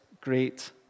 great